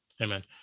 Amen